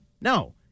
No